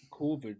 COVID